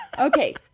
Okay